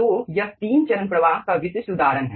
तो यह तीन चरण प्रवाह का विशिष्ट उदाहरण हैं